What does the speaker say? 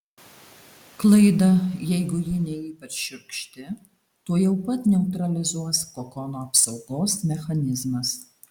klaidą jeigu ji ne ypač šiurkšti tuojau pat neutralizuos kokono apsaugos mechanizmas